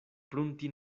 prunti